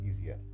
easier